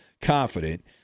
confident